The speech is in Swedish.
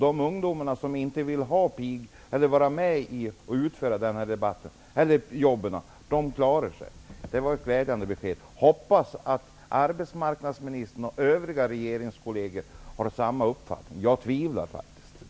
De ungdomar som inte vill utföra dessa jobb klarar sig. Det var ett glädjande besked. Jag hoppas att arbetsmarknadsministern och övriga regeringskolleger har samma uppfattning. Jag tvivlar faktiskt på det.